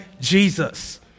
Jesus